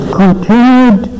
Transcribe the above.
continued